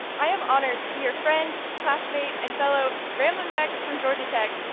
i am honored to be your friend, classmate, and fellow ramblin' wreck from georgia tech.